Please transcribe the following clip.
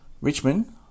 Richmond